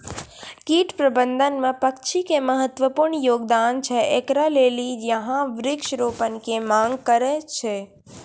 कीट प्रबंधन मे पक्षी के महत्वपूर्ण योगदान छैय, इकरे लेली यहाँ वृक्ष रोपण के मांग करेय छैय?